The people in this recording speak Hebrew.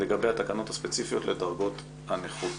לגבי התקנות הספציפיות לדרגות הנכות.